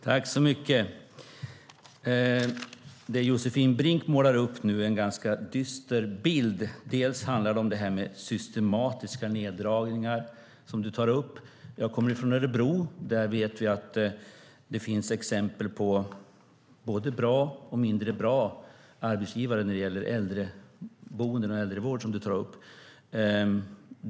Herr talman! Det Josefin Brink nu målar upp är en ganska dyster bild. Det handlar om systematiska neddragningar. Jag kommer från Örebro, och vi vet att det där finns exempel på både bra och mindre bra arbetsgivare när det gäller äldreboenden och äldrevård.